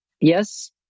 yes